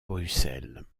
bruxelles